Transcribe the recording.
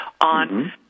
on